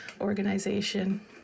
organization